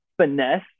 finesse